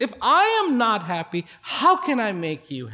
if i'm not happy how can i make you